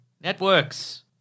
networks